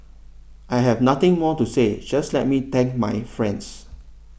I have nothing more to say just let me thank my friends